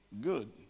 Good